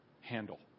handle